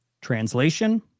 translation